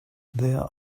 there